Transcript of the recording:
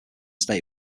state